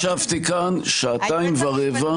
רבותיי, אני ישבתי כאן שעתיים ורבע.